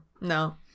No